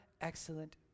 excellent